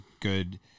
good